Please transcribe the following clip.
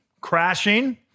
crashing